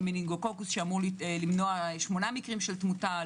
--- שאמור למנוע שמונה מקרי תמונה,